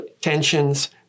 tensions